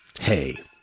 hey